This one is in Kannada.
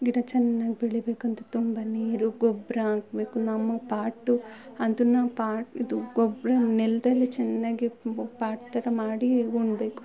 ಗಿಡ ಚೆನ್ನಾಗ್ ಬೆಳಿಬೇಕಂತ ತುಂಬ ನೀರು ಗೊಬ್ಬರ ಹಾಕ್ಬೇಕು ನಮ್ಮ ಪಾಟು ಅದನ್ನ ಪಾಟ್ ಇದು ಗೊಬ್ಬರ ನೆಲದಲ್ಲಿ ಚೆನ್ನಾಗಿ ಪಾಟ್ ಥರ ಮಾಡಿ ಹೂಳ್ಬೇಕು